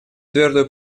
твердую